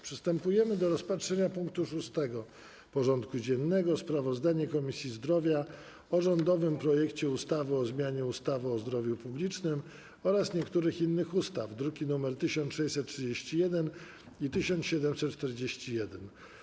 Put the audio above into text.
Przystępujemy do rozpatrzenia punktu 6. porządku dziennego: Sprawozdanie Komisji Zdrowia o rządowym projekcie ustawy o zmianie ustawy o zdrowiu publicznym oraz niektórych innych ustaw (druki nr 1631 i 1741)